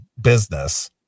business